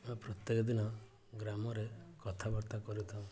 ଆମେ ପ୍ରତ୍ୟେକ ଦିନ ଗ୍ରାମରେ କଥାବାର୍ତ୍ତା କରିଥାଉ